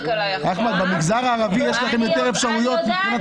חבר הכנסת חסיד, העליתי את הדברים וסגן השר ישיב.